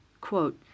quote